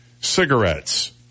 cigarettes